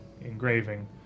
engraving